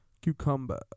Cucumber